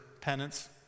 penance